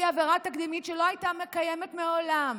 נמציא עבירה תקדימית שלא הייתה קיימת מעולם,